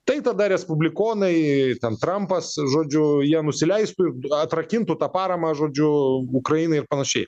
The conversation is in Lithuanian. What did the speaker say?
tai tada respublikonai ten trampas žodžiu jie nusileistų ir du atrakintų tą paramą žodžiu ukrainai ir panašiai